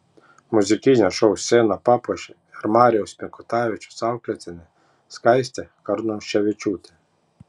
muzikinio šou sceną papuošė ir marijaus mikutavičiaus auklėtinė skaistė karnuševičiūtė